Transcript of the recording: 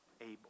able